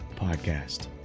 podcast